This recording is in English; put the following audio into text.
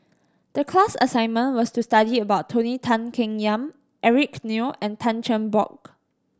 the class assignment was to study about Tony Tan Keng Yam Eric Neo and Tan Cheng Bock